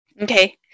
Okay